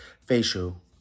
facial